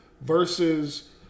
versus